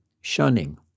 shunning